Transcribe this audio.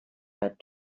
had